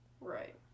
Right